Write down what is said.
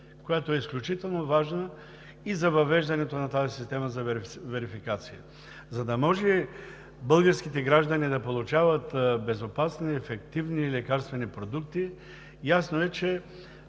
която е изключително важна и за въвеждането на тази система за верификация. За да може българските граждани да получават безопасни и ефективни лекарствени продукти, ясно е, че